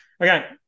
Okay